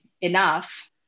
enough